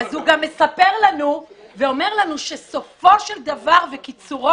----- אז הוא גם מספר לנו ואומר לנו שסופו של דבר וקיצורו